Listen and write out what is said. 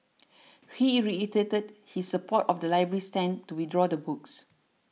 he reiterated his support of the library's stand to withdraw the books